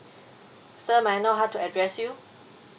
sir may I know how to address you